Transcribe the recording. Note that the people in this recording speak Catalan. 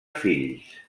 fills